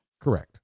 Correct